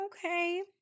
okay